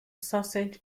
sausage